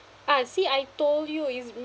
ah see I told you it's